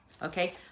Okay